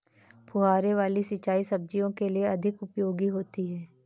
फुहारे वाली सिंचाई सब्जियों के लिए अधिक उपयोगी होती है?